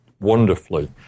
wonderfully